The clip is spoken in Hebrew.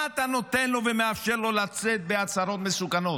מה אתה נותן לו ומאפשר לו לצאת בהצהרות מסוכנות?